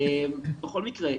בכל מקרה,